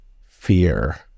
fear